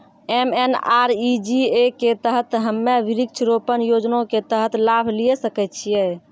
MNREGA के तहत हम्मय वृक्ष रोपण योजना के तहत लाभ लिये सकय छियै?